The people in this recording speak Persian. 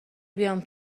بیام